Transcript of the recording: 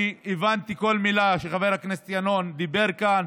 אני הבנתי כל מילה שחבר הכנסת ינון אמר כאן,